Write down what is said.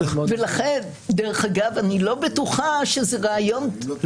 לכן דרך אגב, אני לא בטוחה שזה רעיון טוב.